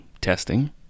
testing